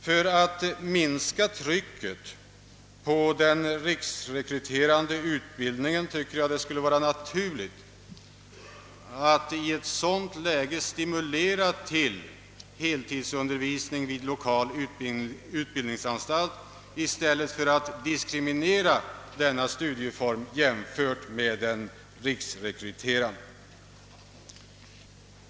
För att minska trycket på den riksrekryterande utbildningen tycker jag det skulle vara naturligt att i ett sådant läge stimulera till heltidsundervisning vid lokal utbildningsanstalt i stället för att diskriminera denna studieform jämfört med den riksrekryterande.